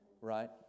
Right